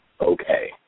okay